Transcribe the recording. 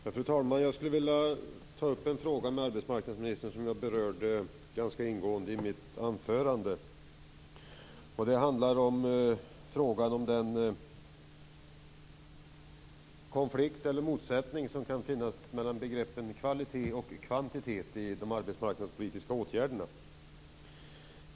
Fru talman! Jag vill ta upp en fråga med arbetsmarknadsministern som jag berörde ingående i mitt anförande. Det gäller om det är en motsättning mellan begreppen kvalitet och kvantitet i de arbetsmarknadspolitiska åtgärderna.